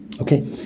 Okay